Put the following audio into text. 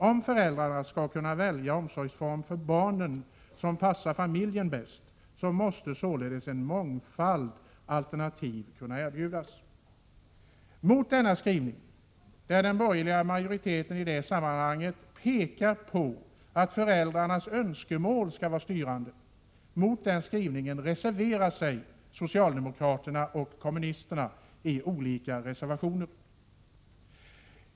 Om föräldrarna skall kunna välja den omsorgsform för barnen som passar familjen bäst, måste således en mångfald alternativ kunna erbjudas.” Denna skrivning — där den borgerliga majoriteten i detta sammanhang har pekat på att föräldrarnas önskemål skall vara styrande — motsätter sig socialdemokraterna och kommunisterna i olika reservationer.